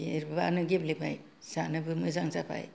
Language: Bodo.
एरबानो गेब्लेबाय जानोबो मोजां जाबाय